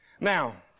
Now